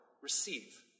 receive